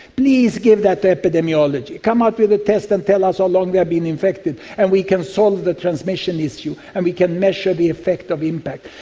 please give that to epidemiology, come out with a test and tell us how long they've been infected and we can solve the transmission issue and we can measure the effect of impact.